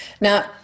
Now